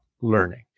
learning